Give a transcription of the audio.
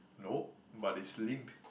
no but it's linked